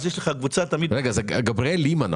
אז יש לך קבוצה תמיד --- גבריאל לימה,